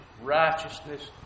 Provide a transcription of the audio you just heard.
righteousness